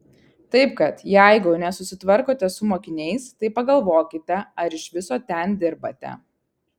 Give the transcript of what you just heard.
taip kad jeigu nesusitvarkote su mokiniais tai pagalvokite ar iš viso ten dirbate